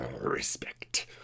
respect